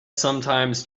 sometimes